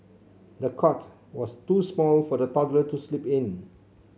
the cot was too small for the toddler to sleep in